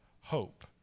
hope